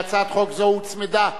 להצעת חוק זו הוצמדה,